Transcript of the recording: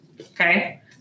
okay